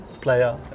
player